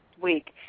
week